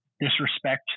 disrespect